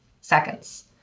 seconds